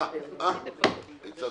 עוררה